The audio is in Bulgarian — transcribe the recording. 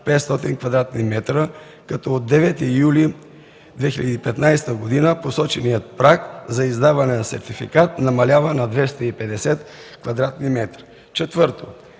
500 кв. м, като от 9 юли 2015 г. посоченият праг за издаване на сертификат намалява на 250 кв. м. Четвърто,